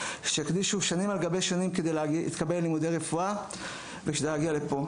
שהקדישו שנים על גבי שנים כדי להתקבל ללימודי רפואה ולהגיע לפה.